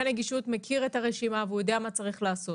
הנגישות מכיר את הרשימה והוא יודע מה צריך לעשות.